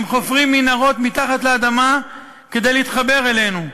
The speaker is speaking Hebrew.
הם חופרים מנהרות מתחת לאדמה כדי להתחבר אלינו,